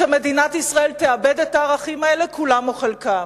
שמדינת ישראל תאבד את הערכים האלה, כולם או חלקם.